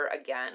again